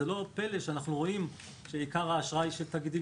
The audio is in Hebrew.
אין פלא שאנחנו רואים שעיקר האשראי של תאגידים